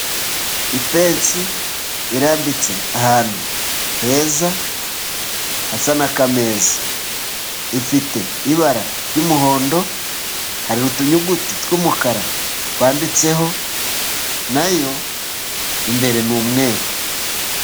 Ipensi irambitse ahantu heza hasa n'akameza, ifite ibara ry'umuhondo, hari utuyuguti tw'umukara twanditseho, na yo imbere ni umweru.